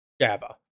Java